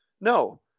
No